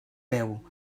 veu